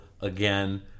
again